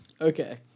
Okay